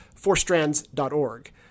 fourstrands.org